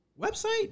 website